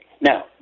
Now